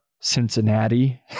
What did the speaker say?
Cincinnati